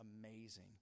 amazing